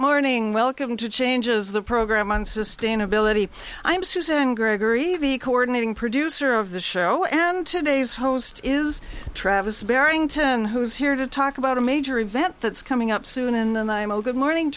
morning welcome to changes the program on sustainability i'm susan gregory of the coordinating producer of the show and today's host is travis barrington who's here to talk about a major event that's coming up soon in the imo good morning